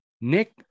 Nick